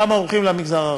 כמה הולכים למגזר הערבי.